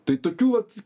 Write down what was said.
tai tokių vat